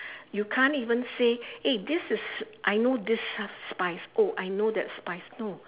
you can't even say eh this is I know this spice oh I know that spice no